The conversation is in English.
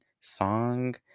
song